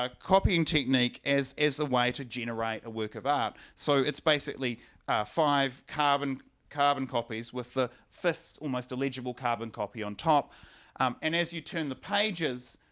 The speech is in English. um copying technique as as a way to generate a work of art so it's basically five carbon carbon copies with the fifth, almost illegible carbon copy on top um and as you turn the pages